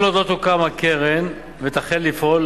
כל עוד לא תוקם הקרן ותחל לפעול,